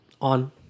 on